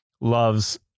loves